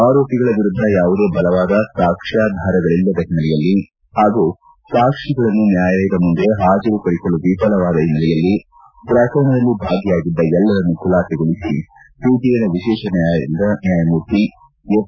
ಆರೋಪಿಗಳ ವಿರುದ್ದ ಯಾವುದೇ ಬಲವಾದ ಸಾಕ್ಷ್ಮಾಧಾರಗಳಿಲ್ಲದ ಹಿನ್ನೆಲೆಯಲ್ಲಿ ಹಾಗೂ ಸಾಕ್ಷಿಗಳನ್ನು ನ್ಹಾಯಾಲಯದ ಮುಂದೆ ಹಾಜರುಪಡಿಸಲು ವಿಫಲವಾದ ಹಿನ್ನೆಲೆಯಲ್ಲಿ ಪ್ರಕರಣದಲ್ಲಿ ಭಾಗಿಯಾಗಿದ್ದ ಎಲ್ಲರನ್ನು ಖುಲಾಸೆಗೊಳಿಬಿ ಸಿಬಿಐನ ವಿಶೇಷ ನ್ಯಾಯಾಲಯದ ನ್ಯಾಯಮೂರ್ತಿ ಎಸ್